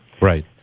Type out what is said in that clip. Right